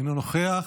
אינו נוכח.